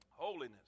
Holiness